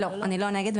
לא, אני לא נגד.